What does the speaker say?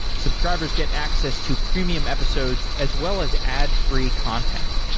subscribers get access to premium episodes, as well as ad free content.